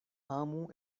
amu